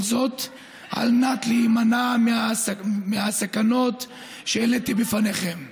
כל זאת על מנת להימנע מהסכנות שהעליתי בפניכם.